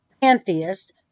pantheist